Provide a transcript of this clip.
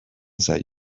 zaio